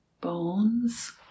bones